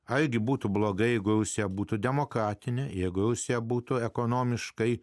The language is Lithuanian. algi būtų blogai gausia būtų demokratinės jėgos jei būtų ekonomiškai